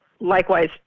likewise